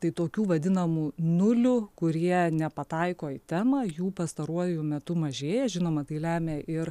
tai tokių vadinamų nulių kurie nepataiko į temą jų pastaruoju metu mažėja žinoma tai lemia ir